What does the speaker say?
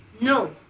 No